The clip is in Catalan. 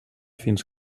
fins